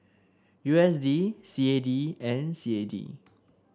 U S D C A D and C A D